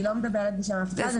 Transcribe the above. אני לא מדברת בשם אף אחד.